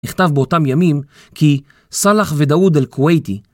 נכתב באותם ימים כי סלח ודאוד אל קווייטי.